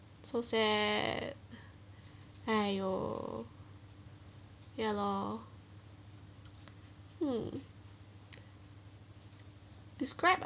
so sad !haiyo! ya lor mm describe